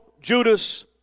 Judas